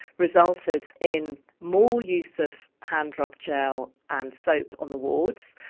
resulted in more use of hand-rub gel and soap on the wards,